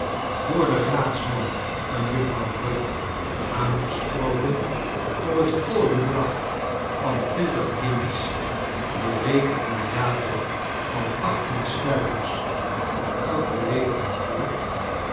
door den raadsman van juffrouw rugg aangesproken voor het voile bedrag van twintig guinjes berekend naar rato van achttien stuivers voor elk beleedigend woord